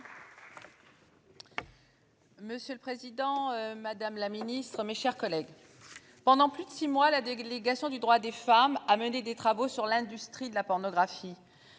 Monsieur le Président Madame la Ministre, mes chers collègues. Pendant plus de 6 mois. La délégation du droit des femmes à mener des travaux sur l'industrie de la pornographie